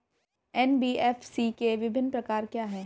NBFC के विभिन्न प्रकार क्या हैं?